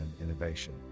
innovation